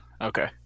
Okay